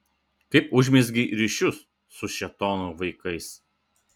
kaip užmezgei ryšius su šėtono vaikais